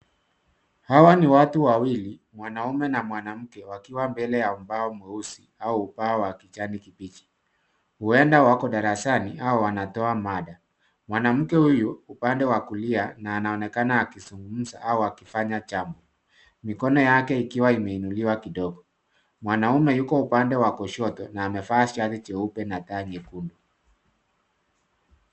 Hawa ni watu wawili, mwanamume na mwanamke wakiwa mbele ya ubao mweusi au ubao wa kijani kibichi. Huenda wako darasani au wanatoa mada. Mwanamke huyu upande wa kulia na anaonekana akizungumza au akifanya jambo, mikono yake ikiwa imeinuliwa kidogo. Mwanaume yuko upande wa kushoto na amevaa shati jeupe na tai nyekundu.